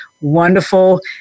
wonderful